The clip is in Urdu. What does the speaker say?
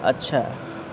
اچھا